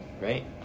right